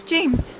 James